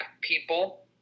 people